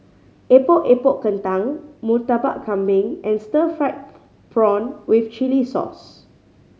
Epok Epok Kentang Murtabak Kambing and stir fried prawn with chili sauce